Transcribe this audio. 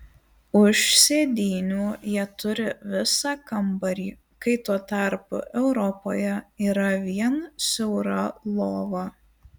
už sėdynių jie turi visą kambarį kai tuo tarpu europoje yra vien siaura lova